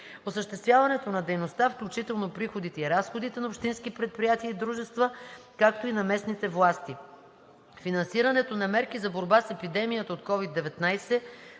осъществяването на дейността, включително приходите и разходите на общински предприятия и дружества, както и на местните власти; - финансирането на мерки за борба с епидемията от COVID-19